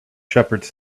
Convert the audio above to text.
shepherds